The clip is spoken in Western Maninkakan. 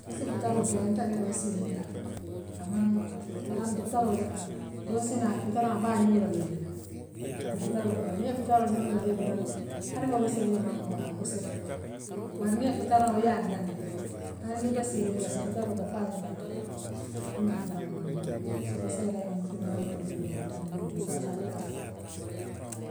Fo issi fitaroo keele nte be tara siiriŋ jaŋ amaŋ naffa nte yaaloŋ fitaroo le foňoo la dool si naala fitaraŋoo baa yee ŋon londila abe fitaroo kela niŋ yee ŋoo londi yee fitaroo ke hani moo be siiriŋ man kuŋ bodaal pusseerool futola bare niŋ ye fitaraŋoo ya laandi hani ibe siiriŋ assi fitaroo kee foo aya bandi ha imaariŋ bala man noondi sokoseere ňiŋ fitaraŋ dool bijee issaa saŋ fitaroo.